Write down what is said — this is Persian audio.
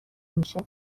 میشه